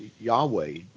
Yahweh